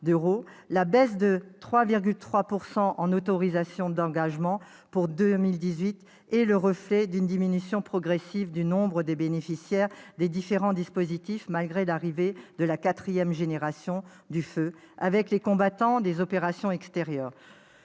La baisse de 3,3 % en autorisations d'engagement pour 2018 est le reflet d'une diminution progressive du nombre des bénéficiaires des différents dispositifs, malgré l'arrivée de la quatrième génération du feu, avec les combattants des opérations extérieures.